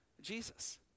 Jesus